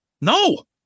No